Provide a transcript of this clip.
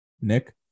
Nick